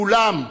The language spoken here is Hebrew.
כולם,